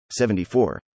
74